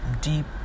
deep